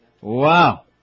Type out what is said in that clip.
Wow